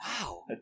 Wow